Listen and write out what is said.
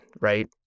right